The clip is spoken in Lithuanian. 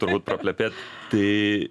turbūt praplepėt tai